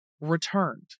returned